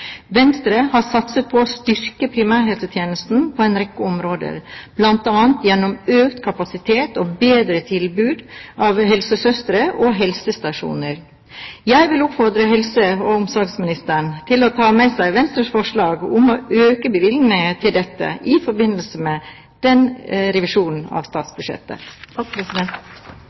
Venstre har satset på å styrke primærhelsetjenesten på en rekke områder, bl.a. gjennom økt kapasitet og bedre tilbud av helsesøstre og helsestasjoner. Jeg vil oppfordre helse- og omsorgsministeren til å ta med seg Venstres forslag om å øke bevilgningene til dette i forbindelse med revisjonen av statsbudsjettet.